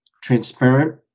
transparent